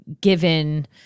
given